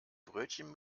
brötchen